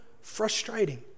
frustrating